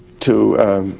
to